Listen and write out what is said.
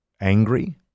angry